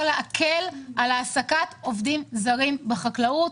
להקל על העסקת עובדים זרים בחקלאות.